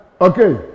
Okay